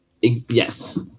Yes